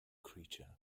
creature